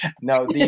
No